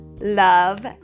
love